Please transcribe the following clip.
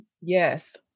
Yes